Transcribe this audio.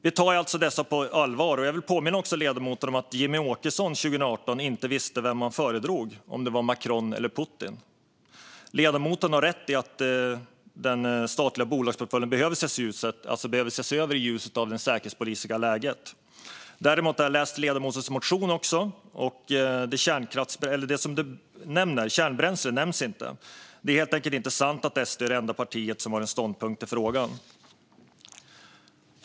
Vi tar alltså detta på allvar. Jag vill påminna ledamoten om att Jimmie Åkesson 2018 inte visste vem han föredrog, om det var Macron eller Putin. Ledamoten har rätt i att den statliga bolagsportföljen behöver ses över i ljuset av det säkerhetspolitiska läget. Men jag har läst ledamotens motion. Kärnbränsle nämns inte. Det är helt enkelt inte sant att SD är det enda parti som har en ståndpunkt i frågan.